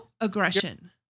aggression